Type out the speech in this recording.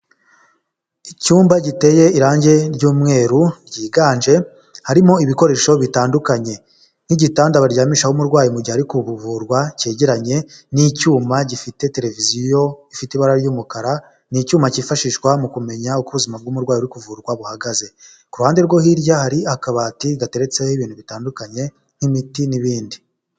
Icyumba giteye irange ry'umweru ryiganje harimo ibikoresho bitandukanye nk'igitanda baryamishaho umurwayi mu gihe ariko ubu kuvurwa cyegeranye n'icyuma gifite televiziyo ifite ibara ry'umukara, ni icyuma cyifashishwa mu kumenya uko ubuzima bw'umurwayi uri kuvurwa buhagaze. Ku ruhande rwo hirya hari akabati gateretseho ibintu bitandukanye nk'imiti n'ibindi.